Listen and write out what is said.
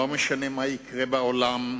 לא משנה מה יקרה בעולם,